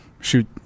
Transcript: shoot